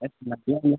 ऐसे मतलब यह